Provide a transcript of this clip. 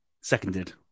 Seconded